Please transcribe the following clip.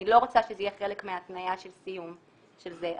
אני לא רוצה שזה יהיה חלק מההתניה של סיום של זה.